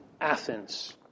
Athens